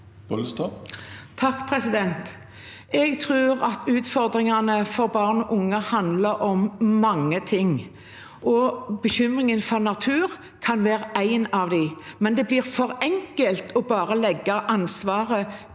Bollestad (KrF) Jeg tror at utfordringene for barn og unge handler om mange ting. Bekymringen for natur kan være en av dem, men det blir for enkelt å legge ansvaret